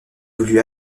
voulu